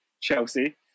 Chelsea